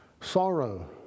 Sorrow